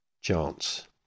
Chance